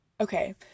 okay